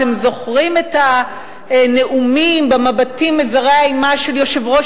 אתם זוכרים את הנאומים במבטים מזרי האימה של יושב-ראש